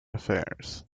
affairs